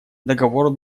договор